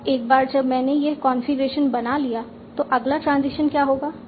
अब एक बार जब मैंने यह कॉन्फ़िगरेशन बना लिया तो अगला ट्रांजिशन क्या होगा